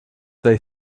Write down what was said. they